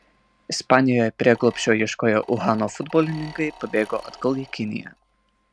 ispanijoje prieglobsčio ieškoję uhano futbolininkai pabėgo atgal į kiniją